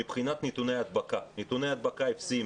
מבחינת נתוני הדבקה הם אפסיים.